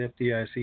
FDIC